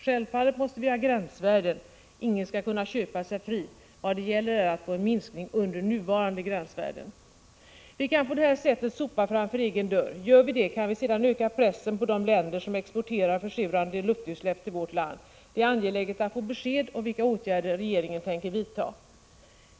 Självfallet måste vi ha gränsvärden, ingen skall kunna köpa sig fri. Vad det gäller är att få en minskning under nuvarande gränsvärden. Vi kan på detta sätt ”sopa framför egen dörr”. Gör vi det kan vi sedan öka pressen på de länder som exporterar försurande luftutsläpp till vårt land. Det är angeläget att få besked om vilka åtgärder regeringen tänker vidta.